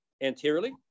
anteriorly